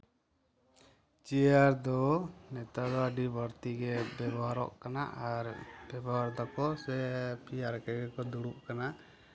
chair ᱫᱚ ᱱᱮᱛᱟᱨ ᱫᱚ ᱟᱹᱰᱤ ᱵᱟᱹᱲᱛᱤ ᱜᱮ ᱵᱮᱣᱦᱟᱨᱚᱜ ᱠᱟᱱᱟ ᱟᱨ ᱵᱮᱵᱚᱦᱟᱨ ᱫᱟᱠᱚ ᱥᱮ ᱪᱮᱭᱟᱨ ᱨᱮᱜᱮ ᱠᱚ ᱫᱩᱲᱩᱵ ᱠᱟᱱᱟ